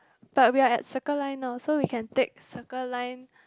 but we are at Circle Line now so we can take Circle Line